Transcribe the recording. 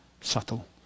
subtle